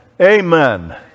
Amen